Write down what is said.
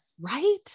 Right